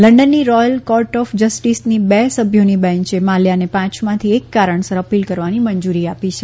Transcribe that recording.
લંડનની royal court of જસ્ટીસની બે સભ્યોની બેંચે માલ્યાને પાંચમાંથી એક કારણસર અપીલ કરવાની મંજુરી આપી છે